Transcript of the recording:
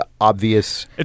obvious